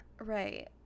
Right